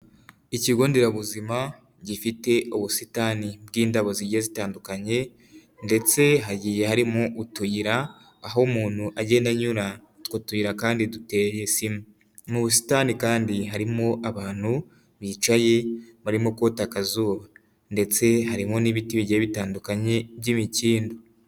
Ikigo nderabuzima gifite ubusitani bw'indabo zigiye zitandukanye. Ndetse hagiye harimo utuyira aho umuntu agenda anyura utwo tuyira kandi duteye sima, mu busitani kandi harimo abantu bicaye barimo kota akazuba ndetse harimo n'ibiti bigiye bitandukanye by'imikindo.